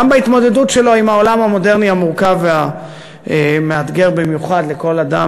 גם בהתמודדות שלו עם העולם המודרני המורכב והמאתגר במיוחד לכל אדם,